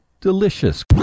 delicious